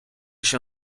się